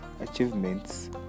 achievements